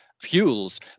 fuels